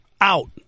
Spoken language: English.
out